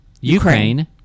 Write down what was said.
Ukraine